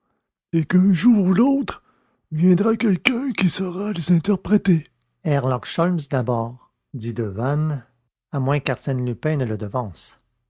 et qu'un jour ou l'autre viendra quelqu'un qui saura les interpréter herlock sholmès d'abord dit devanne à moins qu'arsène lupin ne le devance